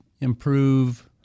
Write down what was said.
improve